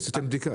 עשיתם בדיקה, לא?